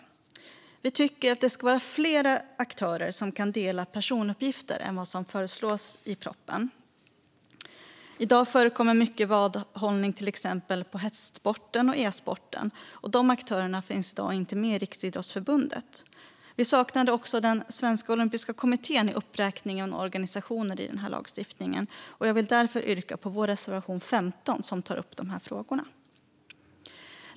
Vi tycker att det ska vara fler aktörer som kan dela personuppgifter än vad som föreslås i propositionen. I dag förekommer mycket vadhållning på exempelvis hästsporten och e-sporten, och de aktörerna finns inte med i Riksidrottsförbundet. Vi saknar också Svenska olympiska kommittén i uppräkningen av organisationer. Jag vill därför yrka bifall till vår reservation 15, som tar upp de här frågorna.